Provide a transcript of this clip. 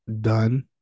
done